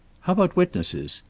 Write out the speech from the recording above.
how about witnesses?